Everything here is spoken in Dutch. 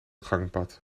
gangpad